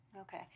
Okay